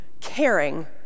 caring